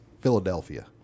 Philadelphia